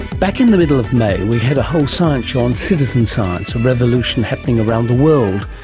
back in the middle of may we had a whole science show on citizen science, a revolution happening around the world,